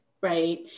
right